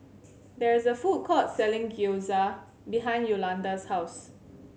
there is a food court selling Gyoza behind Yolonda's house